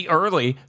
early